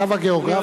הקו הגיאוגרפי,